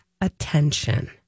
attention